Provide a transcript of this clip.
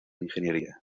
ingeniería